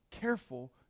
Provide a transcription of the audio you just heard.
careful